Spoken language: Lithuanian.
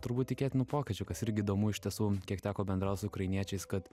turbūt tikėtinų pokyčių kas irgi įdomu iš tiesų kiek teko bendraut su ukrainiečiais kad